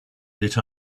lit